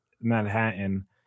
Manhattan